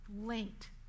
linked